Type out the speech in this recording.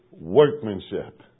workmanship